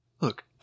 Look